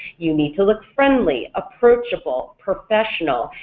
you need to look friendly, approachable, professional,